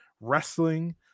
wrestling